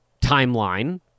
timeline